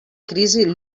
crisi